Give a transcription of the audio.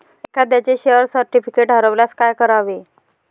एखाद्याचे share certificate हरवल्यास काय करावे?